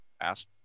ask